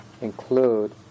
include